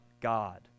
God